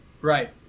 Right